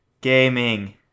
gaming